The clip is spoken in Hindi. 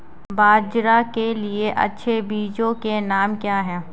बाजरा के लिए अच्छे बीजों के नाम क्या हैं?